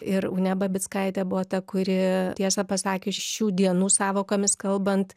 ir unė babickaitė buvo ta kuri tiesą pasakius šių dienų sąvokomis kalbant